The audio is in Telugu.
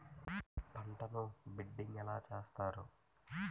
పంటను బిడ్డింగ్ ఎలా చేస్తారు?